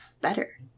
better